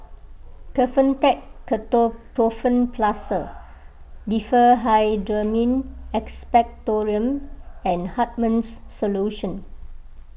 Kefentech Ketoprofen Plaster Diphenhydramine Expectorant and Hartman's Solution